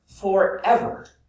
forever